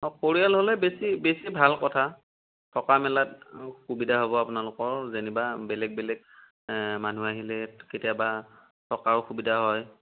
অ' পৰিয়াল হ'লে বেছি বেছি ভাল কথা থকা মেলাত সুবিধা হ'ব আপোনালোকৰ যেনিবা বেলেগ বেলেগ মানুহ আহিলে কেতিয়াবা থকা অসুবিধা হয়